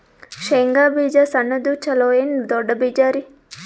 ಶೇಂಗಾ ಬೀಜ ಸಣ್ಣದು ಚಲೋ ಏನ್ ದೊಡ್ಡ ಬೀಜರಿ?